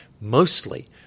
mostly